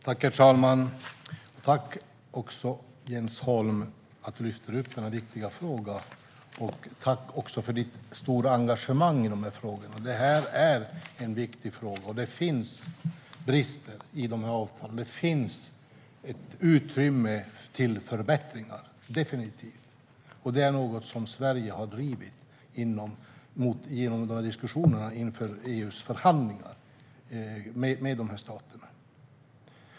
Herr talman! Tack, Jens Holm, för att du lyfter upp denna viktiga fråga, och tack också för ditt stora engagemang! Det här är en viktig fråga, och visst finns det brister i avtalen. Det finns definitivt utrymme för förbättringar, och det är något som Sverige har drivit i diskussionerna inför EU:s förhandlingar med dessa stater.